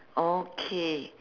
okay